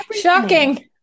Shocking